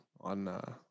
on